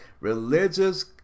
Religious